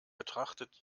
betrachtet